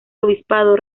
obispado